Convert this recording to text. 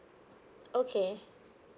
okay